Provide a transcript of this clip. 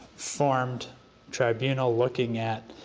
formed tribunal looking at